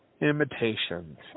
Imitations